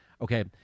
Okay